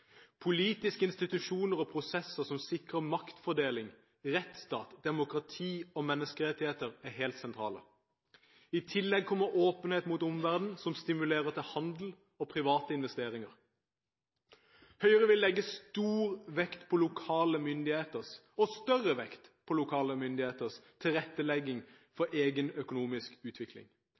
Politiske institusjoner og prosesser som sikrer maktfordeling, rettsstat, demokrati og menneskerettigheter, er helt sentrale. I tillegg kommer åpenhet mot omverdenen, som stimulerer til handel og private investeringer. Høyre vil legge større vekt på lokale myndigheters tilrettelegging for egen økonomisk utvikling.